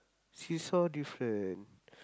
seesaw different